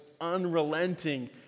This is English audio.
unrelenting